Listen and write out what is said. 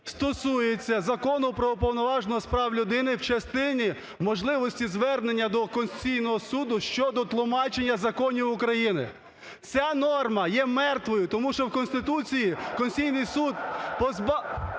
стосується Закону про Уповноваженого з прав людини в частині можливості звернення до Конституційного Суду щодо тлумачення законів України. Ця норма є мертвою, тому що в Конституції Конституційний Суд позбавлений